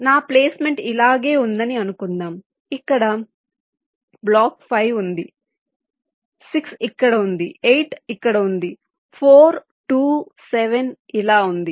నా ప్లేస్మెంట్ ఇలాగే ఉందని అనుకుందాం ఇక్కడ బ్లాక్ 5 ఉంది 6 ఇక్కడ ఉంది 8 ఇక్కడ ఉంది 4 2 7 ఇలా ఉంది